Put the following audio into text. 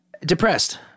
depressed